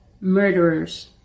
murderers